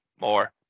More